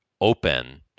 open